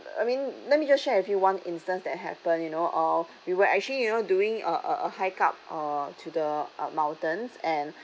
I mean let me just share with you one instance that happened you know uh we were actually you know doing uh uh a hike up uh to the uh mountains and